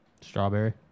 Strawberry